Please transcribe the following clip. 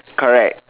correct